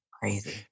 Crazy